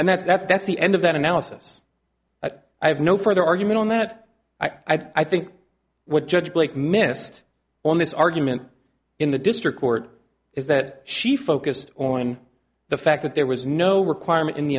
and that's that's that's the end of that analysis that i have no further argument on that i think what judge blake missed on this argument in the district court is that she focused only on the fact that there was no requirement in the